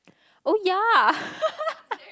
oh ya